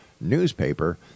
newspaper